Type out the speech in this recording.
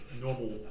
normal